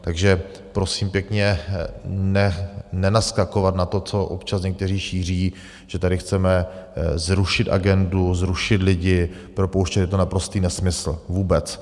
Takže prosím pěkně, nenaskakovat na to, co občas někteří šíří, že tady chceme zrušit agendu, zrušit lidi, propouštět, je to naprostý nesmysl vůbec.